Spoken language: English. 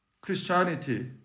Christianity